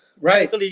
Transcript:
Right